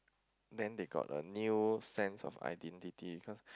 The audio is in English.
then they got a new sense of identity